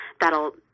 that'll